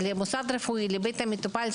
של מוסד רפואי לבית המטופל,